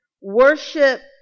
worship